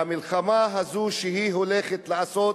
והמלחמה הזאת שהיא הולכת לעשות,